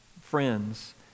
friends